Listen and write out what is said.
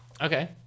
Okay